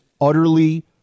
utterly